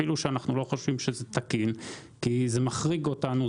אפילו שאנחנו חושבים שזה לא תקין כי זה מחריג אותנו,